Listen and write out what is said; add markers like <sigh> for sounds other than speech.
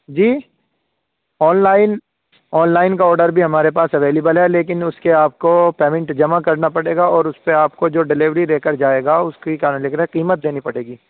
جی online online کا order بھی ہمارے پاس اویلیبل ہے لیکن اس کے آپ کو پیمنٹ جمع کرنا پڑے گا اور اس پہ آپ کو جو ڈیلیوری دے کر جائے گا اس کی <unintelligible> قیمت دینی پڑے گی